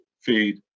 feed